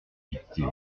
victime